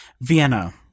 Vienna